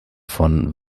von